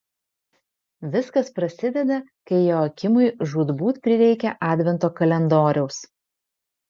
viskas prasideda kai joakimui žūtbūt prireikia advento kalendoriaus